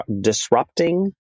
disrupting